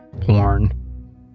porn